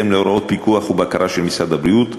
בהתאם להוראות פיקוח ובקרה של משרד הבריאות,